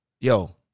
Yo